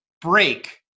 break